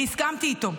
אני הסכמתי איתו,